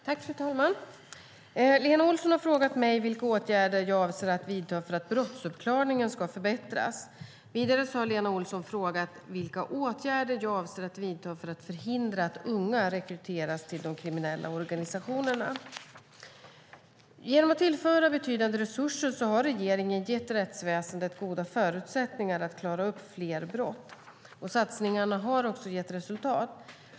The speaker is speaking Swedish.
Fru talman! Lena Olsson har frågat mig vilka åtgärder jag avser att vidta för att brottsuppklaringen ska förbättras. Vidare har Lena Olsson frågat mig vilka åtgärder jag avser att vidta för att förhindra att unga rekryteras till de kriminella organisationerna. Genom att tillföra betydande resurser har regeringen gett rättsväsendet goda förutsättningar att klara upp fler brott. Satsningarna har också gett resultat.